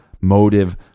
motive